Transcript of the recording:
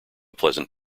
pleasant